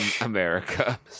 America